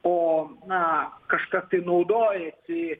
o na kažkas tai naudojasi